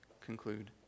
conclude